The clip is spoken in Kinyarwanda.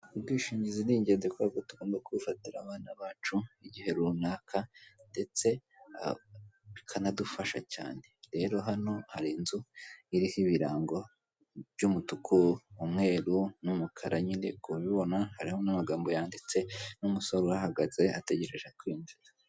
Ubwishingizi ni ingenzi kubera ko tugomba kubufatira abana bacu igihe runaka ndetse bikanadufasha cyane rero hano hari inzu iriho ibirango by'umutuku, umweru n'umukara nyine ukubibona hariho amagambo yanditse n'umusore uhagaze ategereje kwinjira.